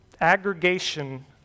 aggregation